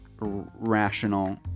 rational